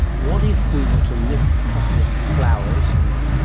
what if we were to nip a couple of flowers and